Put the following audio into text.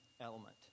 element